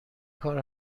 کار